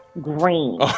green